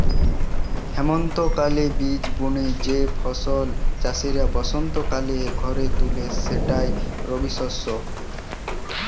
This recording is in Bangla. হেমন্তকালে বীজ বুনে যেই ফসল চাষি বসন্তকালে ঘরে তুলে সেটাই রবিশস্য